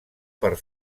per